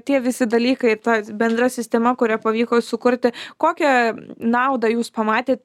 tie visi dalykai ta bendra sistema kurią pavyko sukurti kokią naudą jūs pamatėt